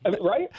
Right